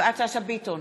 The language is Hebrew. יפעת שאשא ביטון,